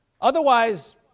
Otherwise